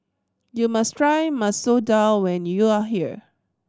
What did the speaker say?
you must try Masoor Dal when you are here